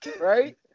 right